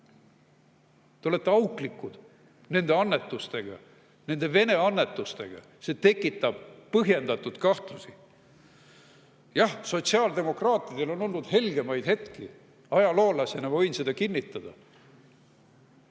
Te olete auklikud nende annetustega, nende Vene annetustega. See tekitab põhjendatud kahtlusi. Jah, sotsiaaldemokraatidel on olnud helgemaid hetki. Ajaloolasena ma võin seda kinnitada.